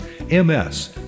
MS